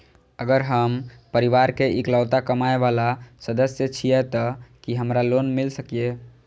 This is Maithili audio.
अगर हम परिवार के इकलौता कमाय वाला सदस्य छियै त की हमरा लोन मिल सकीए?